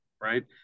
right